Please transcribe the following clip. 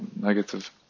negative